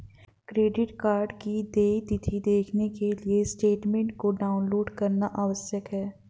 credit card की देय तिथी देखने के लिए स्टेटमेंट को डाउनलोड करना आवश्यक है